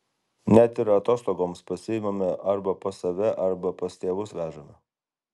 net ir atostogoms pasiimame arba pas save arba pas tėvus vežame